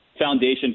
foundation